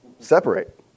Separate